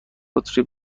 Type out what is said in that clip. بطری